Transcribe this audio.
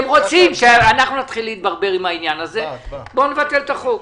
הם רוצים שאנחנו נתחיל להתברבר עם העניין הזה וכך הם יבטלו את החוק.